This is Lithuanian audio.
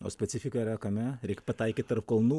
o specifika yra kame reik pataikyt tarp kulnų